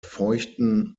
feuchten